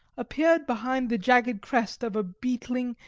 appeared behind the jagged crest of a beetling,